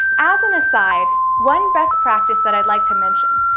as an aside, one best practice that i'd like to mention,